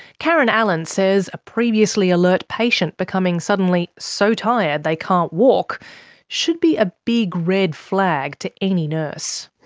karen allen says a previously alert patient becoming suddenly so tired they can't walk should be a big red flag to any nurse.